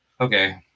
okay